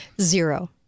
Zero